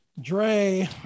Dre